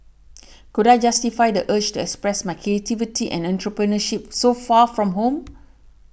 could I justify the urge to express my creativity and entrepreneurship so far from home